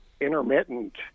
intermittent